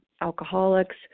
alcoholics